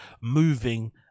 moving